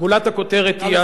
גולת הכותרת היא,